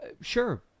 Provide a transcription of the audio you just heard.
Sure